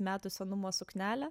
metų senumo suknelę